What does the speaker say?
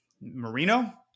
Marino